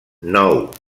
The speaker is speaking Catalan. nou